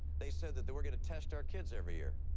they said that they were going to test our kids every year.